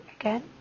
again